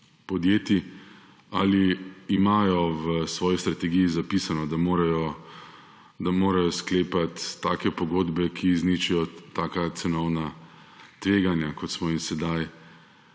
Ali imajo v svoji strategiji zapisano, da morajo sklepati take pogodbe, ki izničijo taka cenovna tveganja, kot smo jim sedaj